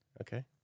Okay